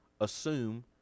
assume